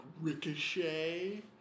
ricochet